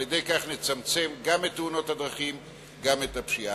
על-ידי כך נצמצם גם את תאונות הדרכים וגם את הפשיעה.